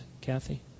Kathy